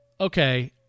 Okay